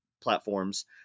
platforms